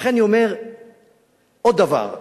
לכן אני אומר עוד דבר,